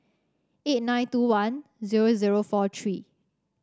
eight nine two one zero zero four three